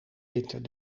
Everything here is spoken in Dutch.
winter